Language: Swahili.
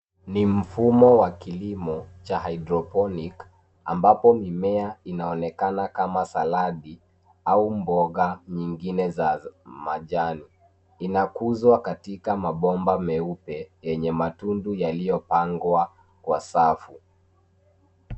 Ni mfumo wa kilimo cha hydroponic ambapo mimea inaonekana kama saladhi au mboga nyingine za majani. Inakuzwa katika mabomba meupe, yenye matundu yaliyopangwa kwa safu.